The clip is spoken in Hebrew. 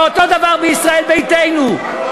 ואותו דבר בישראל ביתנו,